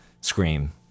scream